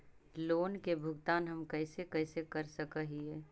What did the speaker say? Loan के भुगतान हम कैसे कैसे कर सक हिय?